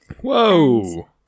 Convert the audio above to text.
Whoa